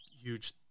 huge